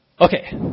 Okay